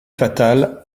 fatal